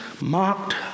mocked